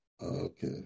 Okay